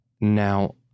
Now